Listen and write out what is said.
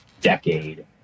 decade